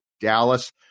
dallas